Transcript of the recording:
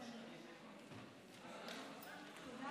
תודה